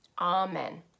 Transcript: Amen